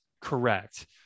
Correct